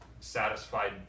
satisfied